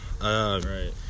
Right